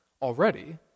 already